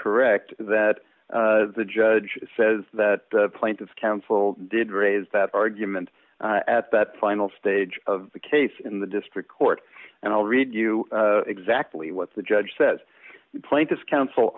correct that the judge says that plaintiff counsel did raise that argument at that final stage of the case in the district court and i'll read you exactly what the judge says plaintiff's counsel